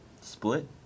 Split